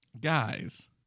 Guys